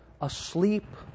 asleep